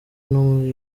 muri